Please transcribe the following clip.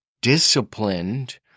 disciplined